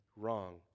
wrong